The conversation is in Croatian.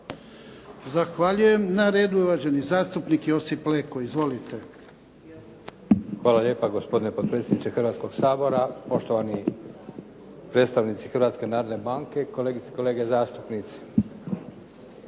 Zahvaljujem. Na redu je uvaženi zastupnik Josip Leko. Izvolite. **Leko, Josip (SDP)** Hvala lijepa. Gospodine potpredsjedniče Hrvatskoga sabora, poštovani predstavnici Hrvatske narodne banke, kolegice i kolege zastupnici.